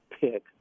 pick